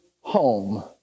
home